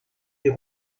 des